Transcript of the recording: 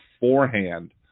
beforehand